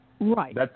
Right